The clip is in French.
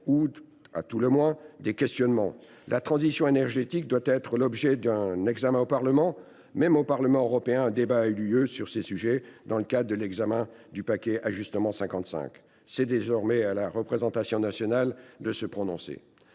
ou, à tout le moins, des questionnements, la transition énergétique doit être l’objet d’un examen au Parlement. Même au Parlement européen, un débat a bien eu lieu sur ces sujets, dans le cadre de l’examen du paquet « Ajustement à l’objectif 55 ». C’est désormais à la représentation nationale de se prononcer.